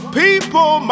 people